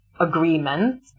agreement